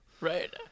Right